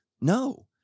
No